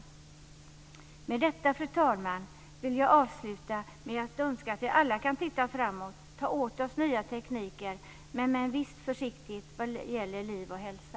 Med detta, fru talman, vill jag avsluta med att önska att vi alla kan titta framåt och ta åt oss nya tekniker, men med en viss försiktighet vad gäller liv och hälsa.